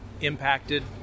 impacted